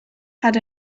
had